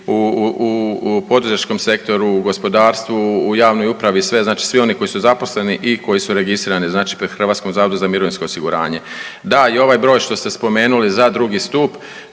u poduzetničkom sektoru, gospodarstvu, u javnoj upravi i sve, znači svi oni koji su zaposleni i koji su registrirani, znači pri HZMO. Da, i ovaj broj što ste spomenuli za drugi stup